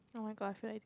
no I got feel like